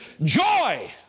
Joy